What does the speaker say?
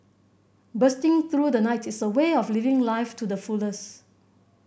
bursting through the night is a way of living life to the fullest